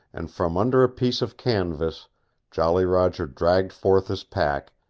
and from under a piece of canvas jolly roger dragged forth his pack,